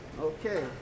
Okay